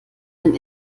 ein